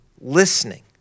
listening